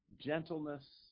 gentleness